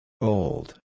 Old